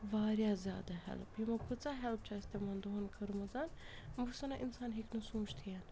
واریاہ زیادٕ ہٮ۪لٕپ یِمو کۭژاہ ہٮ۪لٕپ چھِ اَسہِ تِمَن دۄہَن کٔرمٕژ بہٕ چھُس وَنان اِنسان ہیٚکہِ نہٕ سوٗنٛچتھٕے